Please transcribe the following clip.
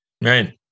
right